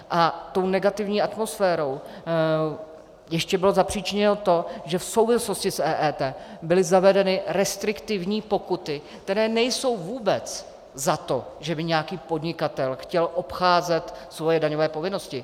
A tou negativní atmosférou ještě bylo zapříčiněno to, že v souvislosti s EET byly zavedeny restriktivní pokuty, které nejsou vůbec za to, že by nějaký podnikatel chtěl obcházet svoje daňové povinnosti.